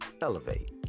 Elevate